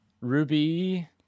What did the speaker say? Ruby